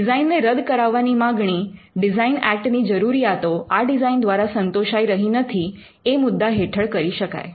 ડિઝાઇનને રદ કરાવવાની માગણી ડિઝાઇન એક્ટ ની જરૂરીયાતો આ ડિઝાઇન દ્વારા સંતોષાય રહી નથી એ મુદ્દા હેઠળ કરી શકાય